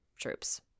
troops